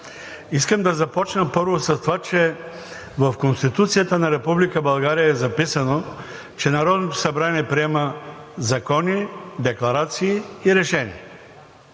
Искам да започна първо с това, че в Конституцията на Република България е записано, че Народното събрание приема закони, декларации и решения.